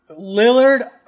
Lillard